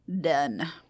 Done